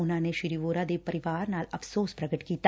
ਉਨਾਂ ਨੇ ਸ੍ਰੀ ਵੋਰਾ ਦੇ ਪਰਿਵਾਰ ਨਾਲ ਅਫਸੋਸ ਪ੍ਰਗਟ ਕੀਤਾ